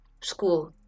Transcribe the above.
school